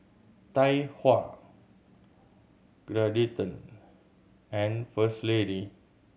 Tai Hua Geraldton and First Lady